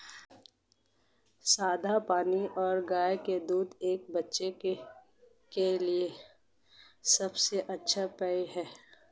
सादा पानी और गाय का दूध एक बढ़ते बच्चे के लिए सबसे अच्छा पेय हैं